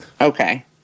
Okay